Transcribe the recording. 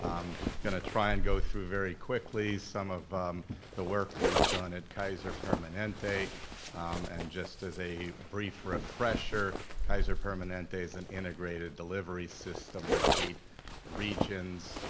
um gonna try and go through very quickly some of the work we've done at kaiser permanente and just as a brief refresher, kaiser permanente's an integrated delivery system with eight regions.